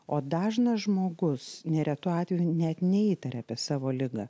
o dažnas žmogus neretu atveju net neįtaria apie savo ligą